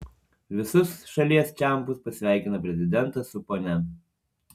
visus šalies čempus pasveikino prezidentas su ponia